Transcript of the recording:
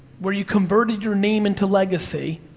where you converted your name into legacy,